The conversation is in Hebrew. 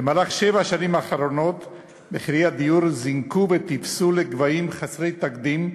במהלך שבע השנים האחרונות מחירי הדיור זינקו וטיפסו לגבהים חסרי תקדים,